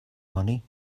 money